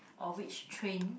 or which train